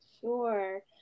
Sure